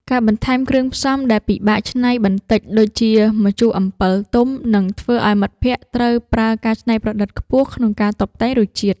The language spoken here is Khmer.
ការបន្ថែមគ្រឿងផ្សំដែលពិបាកច្នៃបន្តិចដូចជា ម្ជូរអំពិលទុំ នឹងធ្វើឱ្យមិត្តភក្តិត្រូវប្រើការច្នៃប្រឌិតខ្ពស់ក្នុងការតុបតែងរសជាតិ។